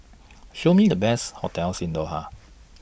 Show Me The Best hotels in Doha